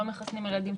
לא מחסנים ילדים,